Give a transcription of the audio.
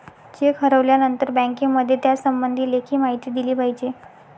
check हरवल्यानंतर बँकेमध्ये त्यासंबंधी लेखी माहिती दिली पाहिजे